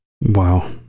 wow